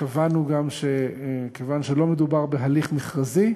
קבענו גם שמכיוון שלא מדובר בהליך מכרזי,